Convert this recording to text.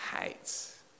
hates